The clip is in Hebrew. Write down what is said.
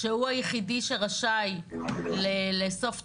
שהוא היחידי שרשאי לאסוף תרומות.